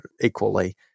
equally